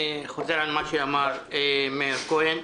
מה שאמר מאיר כהן.